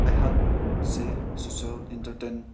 ꯑꯩꯍꯥꯛꯁꯦ social entertain